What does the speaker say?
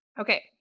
Okay